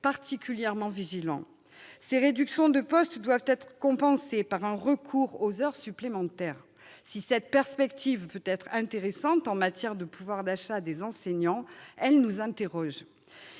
particulièrement vigilants. Ces réductions de postes doivent être compensées par un recours aux heures supplémentaires. Si cette perspective peut être intéressante en matière de pouvoir d'achat des enseignants, elle nous interroge.